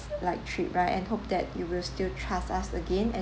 like trip right and hope that you will still trust us again and